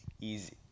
Easy